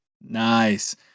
Nice